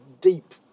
deep